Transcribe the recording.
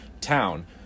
town